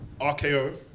rko